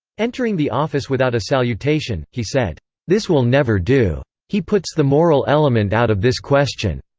entering the office without a salutation, he said this will never do. he puts the moral element out of this question.